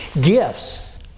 Gifts